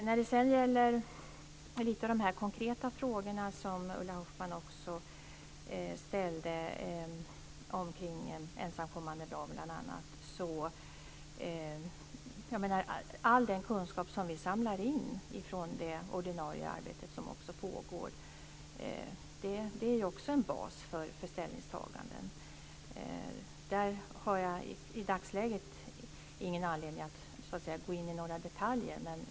När det gäller de konkreta frågor om bl.a. ensamkommande barn som Ulla Hoffmann ställde är ju all den kunskap vi samlar in från det ordinarie arbete som pågår också en bas för ställningstaganden. Jag har i dagsläget inte någon anledning att gå in i några detaljer.